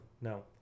No